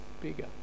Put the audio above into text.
bigger